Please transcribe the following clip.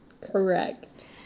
Correct